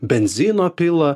benzino pila